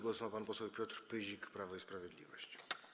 Głos ma pan poseł Piotr Pyzik, Prawo i Sprawiedliwość.